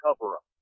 cover-up